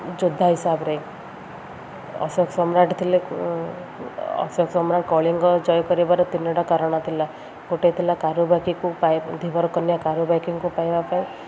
ଯୋଦ୍ଧା ହିସାବରେ ଅଶୋକ ସମ୍ରାଟ ଥିଲେ ଅଶୋକ ସମ୍ରାଟ କଳିଙ୍ଗ ଜୟ କରିବାର ତିନୋଟା କାରଣ ଥିଲା ଗୋଟେ ଥିଲା କାରୁବାକିକୁ ଧୀବର କନ୍ୟା କାରୁବାକିଙ୍କୁ ପାଇବା ପାଇଁ